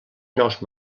nous